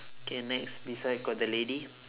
okay next beside got the lady